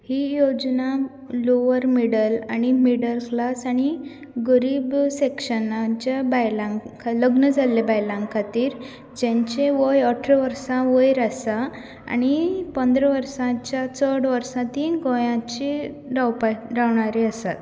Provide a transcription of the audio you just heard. ही योजना lower middle आनी middle class आनी गरीब सेक्शनाच्या बायलांक लग्न जाल्ल्या बायलांक खातीर जेचें वय अठरां वर्सां वयर आसा आनी पंदरा वर्साच्या चड वर्सां ती गोंयाचेर रावपा रावणारी आसात